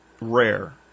rare